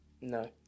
No